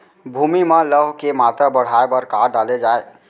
भूमि मा लौह के मात्रा बढ़ाये बर का डाले जाये?